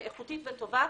איכותית וטובה,